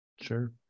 Sure